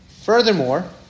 furthermore